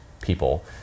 people